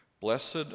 Blessed